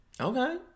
Okay